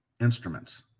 instruments